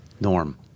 Norm